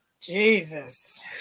Jesus